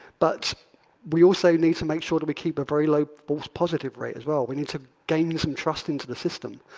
but we also need to make sure that we keep a very low false positive rate as well. we need to gain some trust into the system.